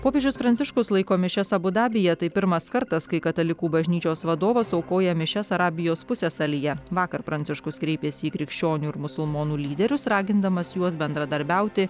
popiežius pranciškus laiko mišias abu dabyje tai pirmas kartas kai katalikų bažnyčios vadovas aukoja mišias arabijos pusiasalyje vakar pranciškus kreipėsi į krikščionių ir musulmonų lyderius ragindamas juos bendradarbiauti